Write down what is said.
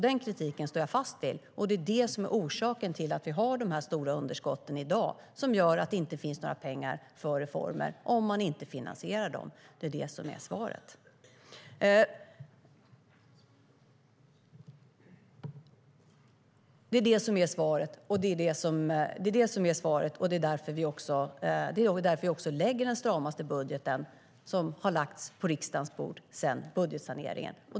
Den kritiken står jag fast vid, och det är det som är orsaken till att vi har de stora underskotten i dag som gör att det inte finns några pengar för reformer om man inte finansierar dem. Det är det som är svaret, och det gör att vi också lägger fram den stramaste budgeten som har lagts på riksdagens bord sedan budgetsaneringen.